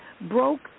broke